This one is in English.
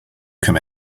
come